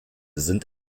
sind